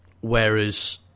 Whereas